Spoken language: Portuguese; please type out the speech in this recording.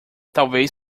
talvez